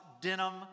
denim